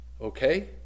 okay